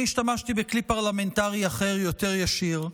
אני השתמשתי בכלי פרלמנטרי אחר, יותר ישיר,